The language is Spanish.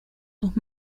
sus